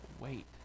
Wait